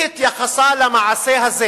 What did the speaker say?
היא התייחסה למעשה הזה